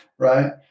Right